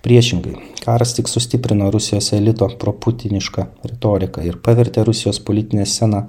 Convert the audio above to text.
priešingai karas tik sustiprino rusijos elito proputinišką retoriką ir pavertė rusijos politinę sceną